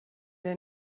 der